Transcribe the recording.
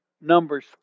Numbers